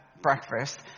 breakfast